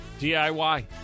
DIY